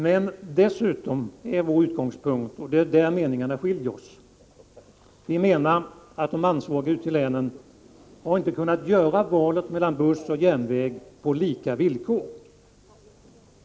Men dessutom är vår utgångspunkt — och det är där meningarna skiljer sig — att de ansvariga ute i länen inte kunnat göra valet mellan buss och järnväg på lika villkor.